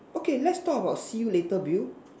okay let's talk about see you later Bill